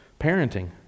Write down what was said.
parenting